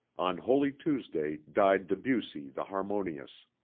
on holy tuesday died debussy the harmonious.